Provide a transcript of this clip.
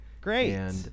Great